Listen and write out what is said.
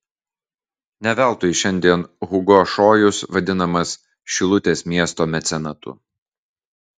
ne veltui šiandien hugo šojus vadinamas šilutės miesto mecenatu